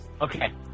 okay